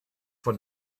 for